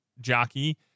jockey